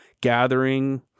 gathering